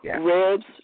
ribs